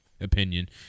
opinion